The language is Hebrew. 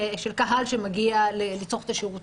קהל שמגיע לצרוך את השירותים.